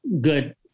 good